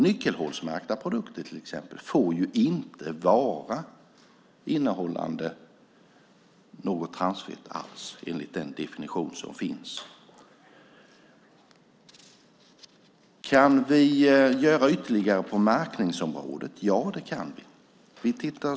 Nyckelhålsmärkta produkter får till exempel inte innehålla något transfett alls enligt den definition som finns. Kan vi göra ytterligare på märkningsområdet? Ja, det kan vi.